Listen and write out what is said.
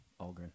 Algren